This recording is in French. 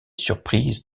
surprises